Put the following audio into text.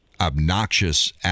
obnoxious